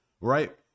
right